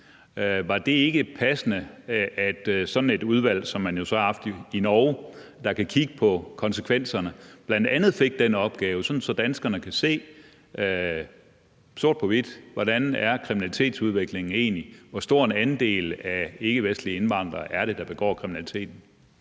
Var det ikke passende, at sådan et udvalg som det, man jo så har haft i Norge, der kan kigge på konsekvenserne, bl.a. fik den opgave, sådan at danskerne kan se sort på hvidt, hvordan kriminalitetsudviklingen egentlig er, og hvor stor en andel af ikkevestlige indvandrere det er, der begår kriminalitet?